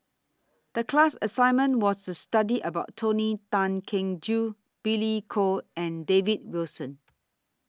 The class assignment was to study about Tony Tan Keng Joo Billy Koh and David Wilson